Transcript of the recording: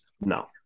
No